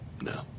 No